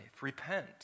Repent